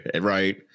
Right